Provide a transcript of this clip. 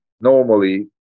normally